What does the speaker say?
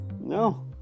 No